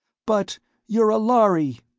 but you're a lhari!